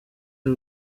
y’u